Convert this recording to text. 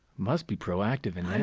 must be proactive and